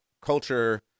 culture